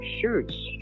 shirts